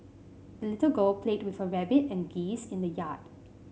the little girl played with her rabbit and geese in the yard